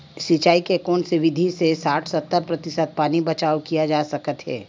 सिंचाई के कोन से विधि से साठ सत्तर प्रतिशत पानी बचाव किया जा सकत हे?